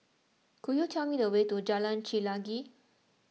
could you tell me the way to Jalan Chelagi